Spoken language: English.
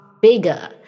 bigger